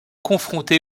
confrontée